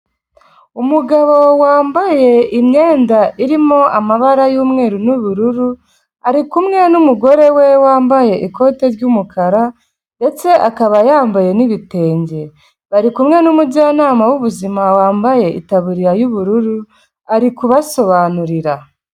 Umugabo wambaye imyenda irimo amabara y'umweru n'ubururu, ari kumwe n'umugore we wambaye ikote ry'umukara ndetse akaba yambaye n'ibitenge. Bari kumwe n'umujyanama w'ubuzima wambaye itaburiya y'ubururu, ari kubasobanurira.